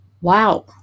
wow